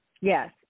Yes